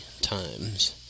times